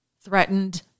Threatened